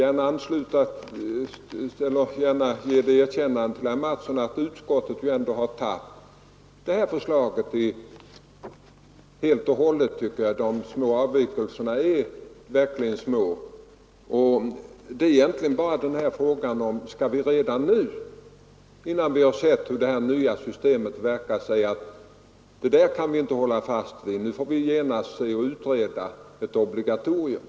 Jag vill gärna ge det erkännandet till herr Mattsson att utskottet ju har tagit det här förslaget praktiskt taget oförändrat. De avvikelser som har gjorts är verkligen mycket små. Det enda väsentliga är egentligen huruvida vi redan nu, innan vi sett hur det nya systemet verkar, skall säga att vi inte skall hålla fast vid detta system utan måste utreda ett obligatorium.